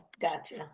gotcha